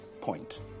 point